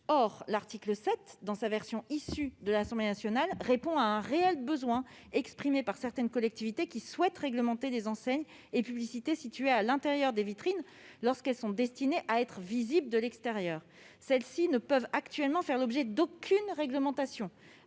Or l'article 7, dans sa version issue de l'Assemblée nationale, répondait à un réel besoin exprimé par certaines collectivités qui souhaitent réglementer des enseignes et publicités situées à l'intérieur des vitrines lorsque celles-ci sont destinées à être visibles de l'extérieur. Celles-ci ne peuvent en effet actuellement faire l'objet d'aucune réglementation